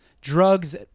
drugs